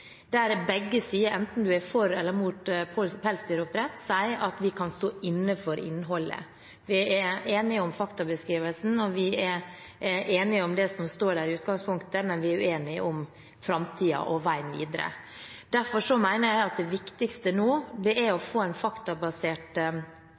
der begge sider – enten man er for eller mot pelsdyroppdrett – sier at de kan stå inne for innholdet. Vi er enige om faktabeskrivelsen, og vi er enige om det som står der i utgangspunktet, men vi er uenige om framtiden og veien videre. Derfor mener jeg at det viktigste nå er å få en faktabasert